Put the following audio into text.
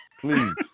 Please